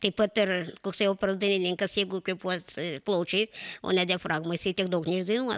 taip pat ir koks operos dainininkas jeigu kvėpuos plaučiais o ne diafragma jisai tiek daug neišdainuos